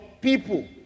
people